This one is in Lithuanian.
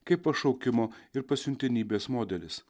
kaip pašaukimo ir pasiuntinybės modelis